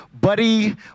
buddy